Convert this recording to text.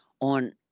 on